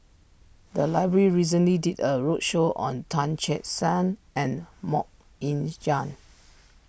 the library recently did a roadshow on Tan Che Sang and Mok Ying Jang